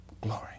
glory